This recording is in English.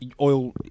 Oil